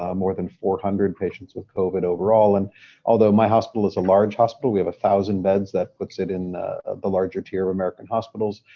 um more than four hundred patients with covid overall. and although my hospital is a large hospital we have one thousand beds that puts it in the larger tier of american hospitals,